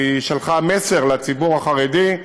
ושלחה מסר לציבור החרדי,